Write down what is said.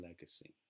legacy